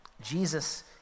Jesus